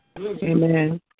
Amen